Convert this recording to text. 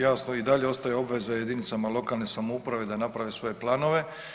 Jasno i dalje ostaje obveza jedinicama lokalne samouprave da naprave svoje plane.